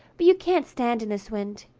but you can't stand in this wind.